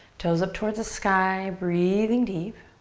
toes up towards the sky, breathing deep.